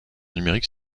numérique